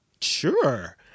Sure